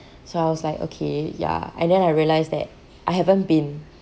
sounds like okay ya and then I realise that I haven't been